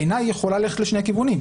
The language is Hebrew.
בעיניי היא יכולה ללכת לשני הכיוונים.